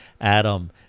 Adam